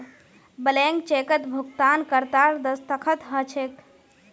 blank चेकत भुगतानकर्तार दस्तख्त ह छेक